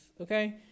Okay